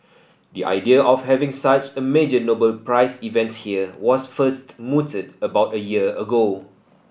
the idea of having such a major Nobel Prize event here was first mooted about a year ago